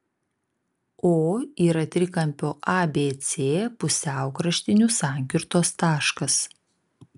o yra trikampio abc pusiaukraštinių sankirtos taškas